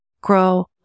grow